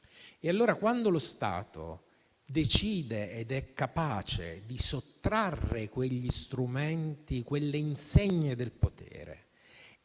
E allora quando lo Stato decide ed è capace di sottrarre quegli strumenti, quelle insegne del potere